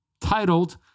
titled